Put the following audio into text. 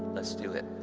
let's do it!